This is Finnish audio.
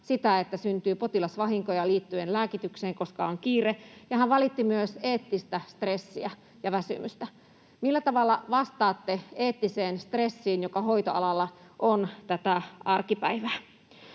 että syntyy potilasvahinkoja liittyen lääkitykseen, koska on kiire, ja hän valitti myös eettistä stressiä ja väsymystä. Millä tavalla vastaatte eettiseen stressiin, joka hoitoalalla on arkipäivää?